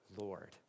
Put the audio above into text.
Lord